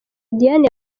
diane